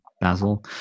basil